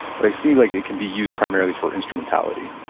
but i see like it can be used primarily for instrumentality